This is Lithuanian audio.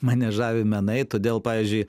mane žavi menai todėl pavyzdžiui